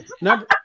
number